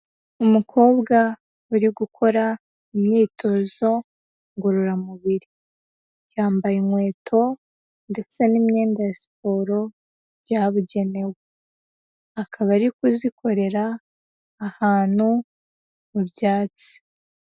Umukobwa uri gukora imyitozo ngororamubiri, yambaye inkweto ndetse n'imyenda ya siporo byabugenewe, akaba ari kuzikorera ahantu mu byatsi.